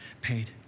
paid